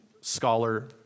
scholar